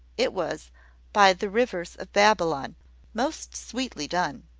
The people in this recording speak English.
it was by the rivers of babylon most sweetly done!